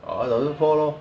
orh one thousand four lor